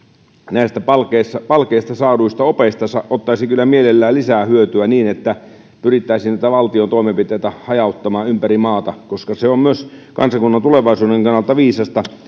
näistä palkeista saaduista opeista ottaisi kyllä mielellään lisää hyötyä niin että pyrittäisiin näitä valtion toimenpiteitä hajauttamaan ympäri maata koska se on myös kansakunnan tulevaisuuden kannalta viisasta sillä